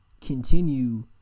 continue